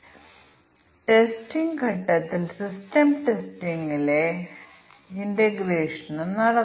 ഞങ്ങൾ ഇവിടെ വ്യത്യസ്ത വ്യവസ്ഥകൾ ഉണ്ടാക്കുന്നു അതിനാൽ c1 എന്നത് b plus c നേക്കാൾ കുറവാണ് b സി പ്ലസ് എയിൽ കുറവാണ് സി പ്ലസ് ബിയിൽ കുറവാണ്